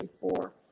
four